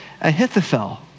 Ahithophel